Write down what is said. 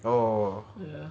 ya